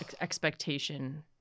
expectation